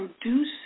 produce